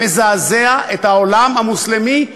מזעזע את העולם המוסלמי כולו,